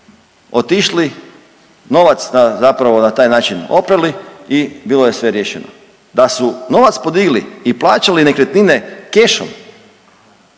otišli, novac zapravo na taj način oprali i bilo je sve riješeno, da su novac podigli i plaćali nekretnine kešom,